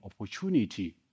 opportunity